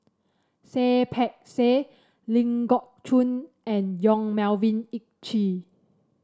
Seah Peck Seah Ling Geok Choon and Yong Melvin Yik Chye